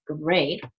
great